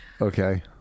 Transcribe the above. Okay